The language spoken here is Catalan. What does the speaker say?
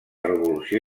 revolució